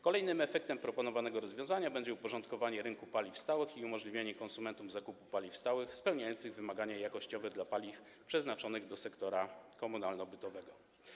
Kolejnym efektem proponowanego rozwiązania będzie uporządkowanie rynku paliw stałych i umożliwienie konsumentom zakupu paliw stałych spełniających wymagania jakościowe dla paliw przeznaczonych do sektora komunalno-bytowego.